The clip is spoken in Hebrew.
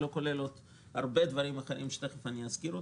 לא כולל עוד הרבה דברים אחרים שתיכף אזכיר.